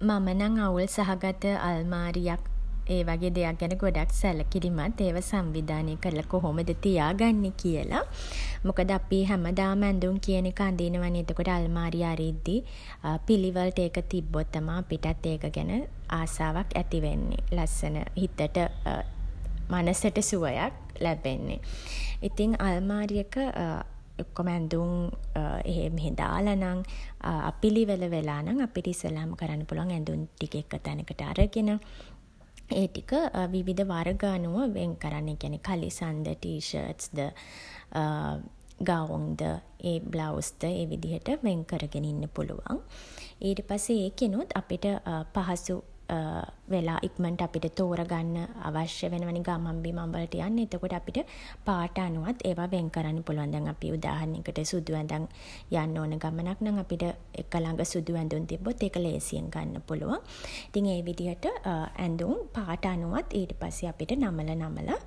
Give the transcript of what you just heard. මම නම් අවුල් සහගත අල්මාරියක් ඒ වගේ දෙයක් ගැන ගොඩක් සැලකිලිමත්, ඒවා සංවිධානය කරලා කොහොමද තියාගන්නේ කියලා. මොකද අපි හැමදාම ඇඳුම් කියන එක අඳිනවා නෙ. එතකොට අල්මාරිය අරිද්දි පිළිවෙලට ඒක තිබ්බොත් තමා අපිටත් ඒක ගැන ආසාවක් ඇති වෙන්නේ. ලස්සන හිතට මනසට සුවයක් ලැබෙන්නේ. ඉතින් අල්මාරියක ඔක්කොම ඇඳුම් එහෙ මෙහෙ දාල නම්, අපිළිවෙල වෙලා නම්, අපිට ඉස්සෙල්ලාම කරන්න පුළුවන් ඇඳුම් ටික එක තැනකට අරගෙන ඒ ටික විවිධ වර්ග අනුව වෙන් කරන්න. ඒ කියන්නේ කලිසම් ද, ටී-ෂර්ට්ස් ද, ගවුම් ද, ඒ බ්ලවුස් ද, ඒ විදිහට වෙන් කරගෙන ඉන්න පුළුවන්. ඊට පස්සේ ඒකෙනුත් අපිට පහසු වෙලා ඉක්මනට අපිට තෝරගන්න අවශ්‍ය වෙනවා නෙ ගමන් බිමන් වලට යන්න. එතකොට අපිට පාට අනුවත් ඒවා වෙන් කරන්න පුළුවන්. දැන් අපි උදාහරණයකට සුදු ඇඳන් යන්න ඕන ගමනක් නම් අපිට එක ළඟ සුදු ඇඳුම් තිබ්බොත් ඒක ලේසියෙන් ගන්න පුළුවන්. ඉතින් ඒ විදිහට ඇඳුම් පාට අනුවත් ඊට පස්සේ අපිට නමලා, නමලා